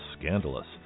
scandalous